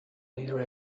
leader